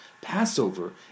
Passover